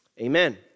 Amen